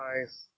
nice